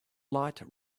light